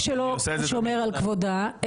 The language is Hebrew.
אבל באופן מהותי אתה לא רק שלא שומר על כבודה,